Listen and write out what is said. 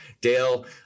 Dale